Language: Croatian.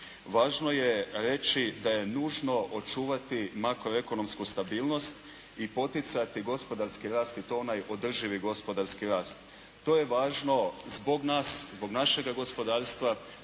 važno je reći da je nužno očuvati makroekonomsku stabilnost i poticati gospodarski rast i to onaj održivi gospodarski rast. To je važno zbog nas, zbog našega gospodarstva,